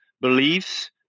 beliefs